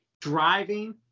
driving